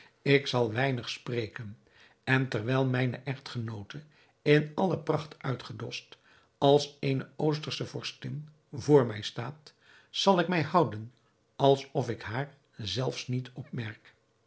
ik zal weinig spreken en terwijl mijne echtgenoote in alle pracht uitgedost als eene oostersche vorstin voor mij staat zal ik mij houden alsof ik haar zelfs niet opmerk